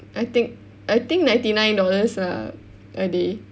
I think I think ninety nine dollars ah a day